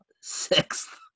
sixth